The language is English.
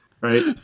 Right